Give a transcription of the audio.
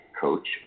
Coach